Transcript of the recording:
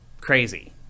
Crazy